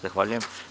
Zahvaljujem.